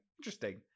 interesting